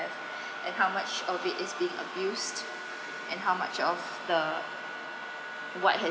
and how much of it is being abused and how much of the what has